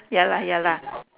ya lah ya lah